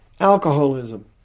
alcoholism